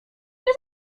nie